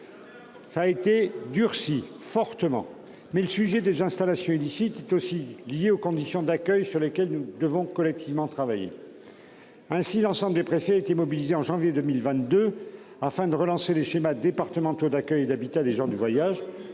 fortement durcies. Mais le sujet des installations illicites est aussi lié aux conditions d'accueil, sur lesquelles nous devons collectivement travailler. Ainsi, l'ensemble des préfets ont été mobilisés en janvier 2022, afin de relancer les schémas départementaux d'accueil et d'habitat des gens du voyage.